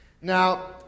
Now